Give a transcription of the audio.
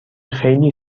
خیلی